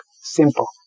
simple